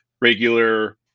regular